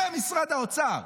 במשרד האוצר,